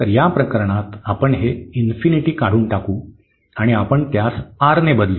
तर या प्रकरणात आपण हे काढून टाकू आणि आपण त्यास R ने बदलू